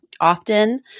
often